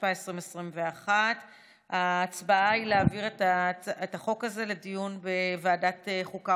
התשפ"א 2021. ההצבעה היא להעביר את החוק הזה לדיון בוועדת החוקה,